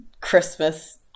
Christmas